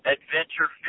Adventure